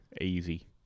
easy